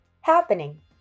happening